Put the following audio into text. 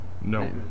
No